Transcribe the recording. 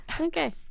Okay